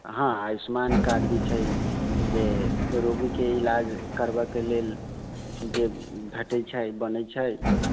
हँ आयुष्मान कार्ड भी छै जे रोगीके इलाज करबयके लेल जे भेटैत छै बनैत छै